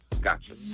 gotcha